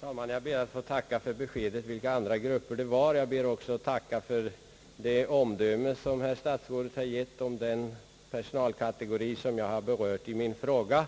Herr talman! Jag ber att få tacka för beskedet vilka andra grupper det gäller. Jag ber också att få tacka för det omdöme herr statsrådet givit om den personalkategori jag har berört i min fråga.